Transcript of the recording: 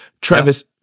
Travis